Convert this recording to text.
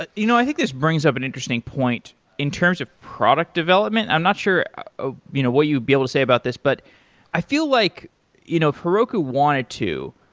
ah you know i think this brings up an interesting point in terms of product development. development. i'm not sure ah you know what you'd be able to say about this, but i feel like you know heroku wanted to.